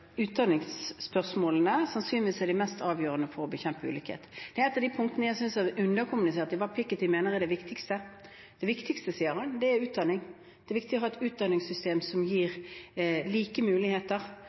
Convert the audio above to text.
bekjempe ulikhet. Det er et av de punktene som jeg synes er underkommunisert når det gjelder hva Piketty mener er det viktigste. Det viktigste, sier han, er utdanning. Det er viktig å ha et utdanningssystem som gir like muligheter,